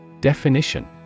Definition